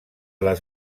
les